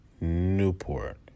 Newport